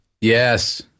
Yes